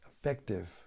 effective